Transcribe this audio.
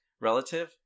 relative